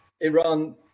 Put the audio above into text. Iran